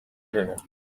internet